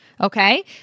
okay